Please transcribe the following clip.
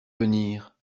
venir